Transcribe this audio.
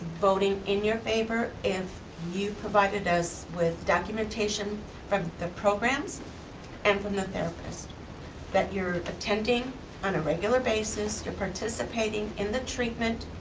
voting in your favor if you provided us with documentation from the programs and from the therapist that you're attending on a regular basis, you're participating in the treatment,